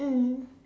mm